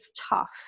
tough